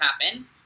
happen